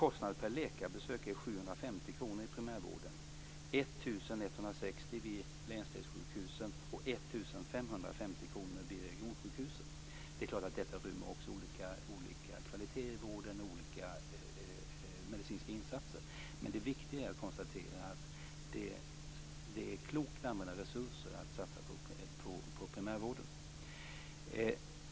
Kostnaden per läkarbesök är 750 kr i primärvården, 1 160 kr vid länsdelssjukhusen och 1 550 kr vid regionsjukhusen. Detta rymmer självfallet också olika kvaliteter i vården och olika medicinska insatser, men det viktiga att konstatera är att det är klokt använda resurser att satsa på primärvården.